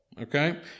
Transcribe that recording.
okay